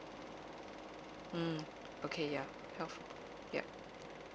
mm okay ya health yup